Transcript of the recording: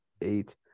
eight